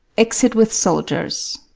exit with soldiers